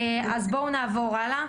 בואו נעבר הלאה.